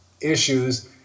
issues